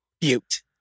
Butte